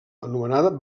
anomenada